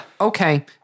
Okay